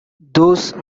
those